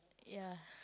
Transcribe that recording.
ya